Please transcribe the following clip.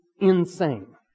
insane